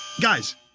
Guys